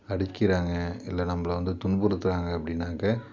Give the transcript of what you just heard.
அடிக்கிறாங்க இல்லை நம்பளை வந்து துன்புறுத்துறாங்க அப்படினாக்கா